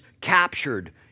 captured